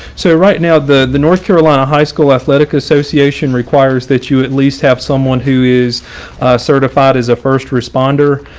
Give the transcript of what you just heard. so right now the the north carolina high school athlete association requires that you at least have someone who is certified as a first responder.